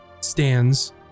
stands